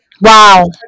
wow